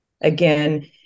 Again